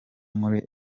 muri